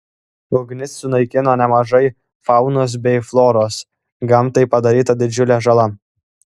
ugnis sunaikino nemažai faunos bei floros gamtai padaryta didžiulė žala